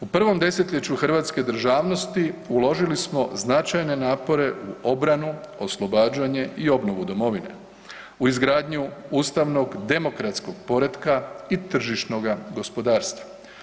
U prvom desetljeću hrvatske državnosti uložili smo značajne napore u obranu, oslobađanja i obnovu domovine, u izgradnju ustavnog demokratskog poretka i tržišnoga gospodarstva.